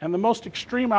and the most extreme